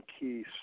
key